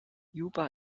juba